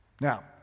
Now